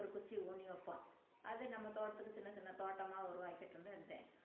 ஒரு குச்சி ஊணி வைப்போம் அது நம்ம தோட்டத்துக்கு சின்னச் சின்ன தோட்டமாக உருவாக்கிட்டுன்னு இருந்தேன்